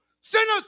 Sinners